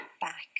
back